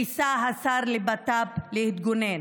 ניסה השר לבט"פ להתגונן,